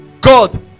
god